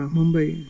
Mumbai